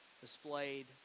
displayed